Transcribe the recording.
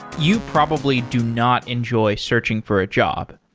you probably do not enjoy searching for a job.